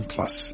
Plus